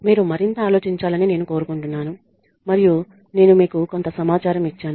మీరు మరింత ఆలోచించాలని నేను కోరుకుంటున్నాను మరియు నేను మీకు కొంత సమాచారం ఇచ్చాను